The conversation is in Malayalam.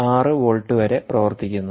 6 വോൾട്ട് വരെ പ്രവർത്തിക്കുന്നു